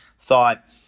thought